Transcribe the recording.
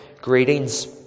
greetings